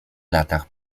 latach